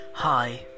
Hi